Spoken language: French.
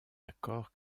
accord